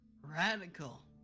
Radical